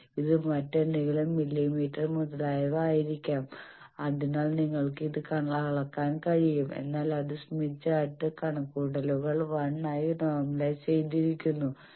ഇത് മറ്റെന്തെങ്കിലും മില്ലിമീറ്റർ മുതലായവ ആയിരിക്കാം അതിനാൽ നിങ്ങൾക്ക് ഇത് അളക്കാൻ കഴിയും എന്നാൽ അത് സ്മിത്ത് ചാർട്ട് കണക്കുകൂട്ടലുകൾ 1 ആയി നോർമലൈസ് ചെയ്തിരിക്കുന്നതാണ്